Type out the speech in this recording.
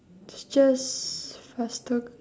this just faster c~